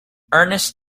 ernest